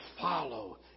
follow